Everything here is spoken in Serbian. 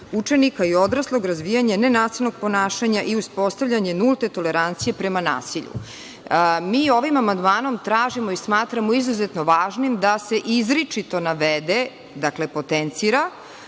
i odraslog, razvijanje nenasilnog ponašanja i uspostavljanje nulte tolerancije prema nasilju. Mi ovim amandmanom tražimo i smatramo izuzetno važnim da se izričito navede, potencira